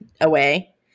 away